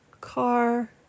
car